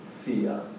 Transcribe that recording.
fear